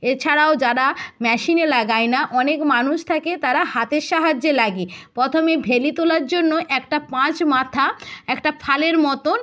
এছাড়াও যারা মেশিনে লাগায় না অনেক মানুষ থাকে তারা হাতের সাহায্যে লাগে প্রথমে ভেলি তোলার জন্য একটা পাঁচ মাথা একটা ফালের মতন